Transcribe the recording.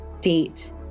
date